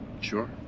sure